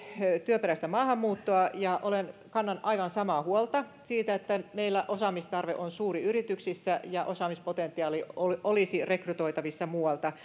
työperäistä maahanmuuttoa ja kannan aivan samaa huolta siitä että meillä osaamistarve on suuri yrityksissä ja osaamispotentiaali olisi rekrytoitavissa muualta